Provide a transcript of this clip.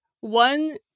one